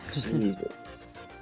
Jesus